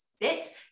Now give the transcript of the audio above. fit